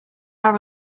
our